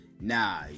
Nah